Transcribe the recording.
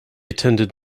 attended